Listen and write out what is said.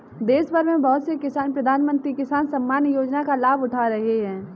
देशभर में बहुत से किसान प्रधानमंत्री किसान सम्मान योजना का लाभ उठा रहे हैं